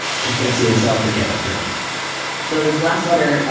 keep that to yourself or get over it so this last letter,